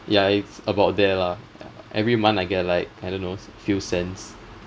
ya it's about there lah every month I get like I don't know few cents